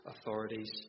authorities